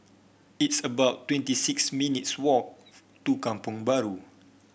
it's about twenty six minutes' walk to Kampong Bahru